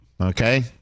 Okay